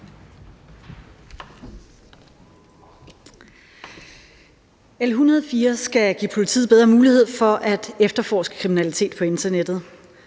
L 104 skal give politiet bedre mulighed for at efterforske kriminalitet på internettet.